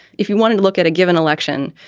if you want to look at a given election,